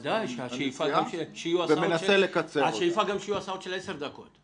ודאי, השאיפה שיהיו גם הסעות של עשר דקות.